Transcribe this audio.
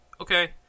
okay